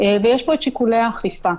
ויש פה את שיקולי האכיפה.